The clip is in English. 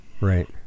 Right